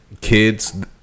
kids